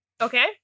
Okay